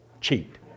cheat